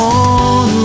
on